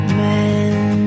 men